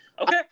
Okay